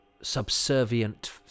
subservient